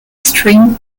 string